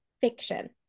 fiction